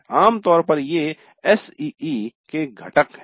आमतौर पर ये SEE एसईई के घटक हैं